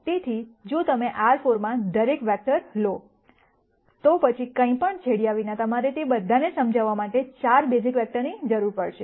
તેથી જો તમે R 4 માં દરેક વેક્ટર લો તો પછી કંઈપણ છોડ્યા વિના તમારે તે બધાને સમજાવવા માટે 4 બેઝિક વેક્ટરની જરૂર પડશે